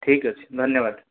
ଠିକ୍ ଅଛି ଧନ୍ୟବାଦ